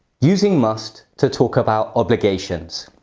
using must to talk about obligations.